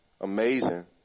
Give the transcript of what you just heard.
amazing